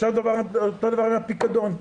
ואותו הדבר לגבי הפיקדון.